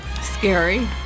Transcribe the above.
Scary